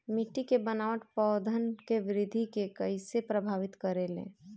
मिट्टी के बनावट पौधन के वृद्धि के कइसे प्रभावित करे ले?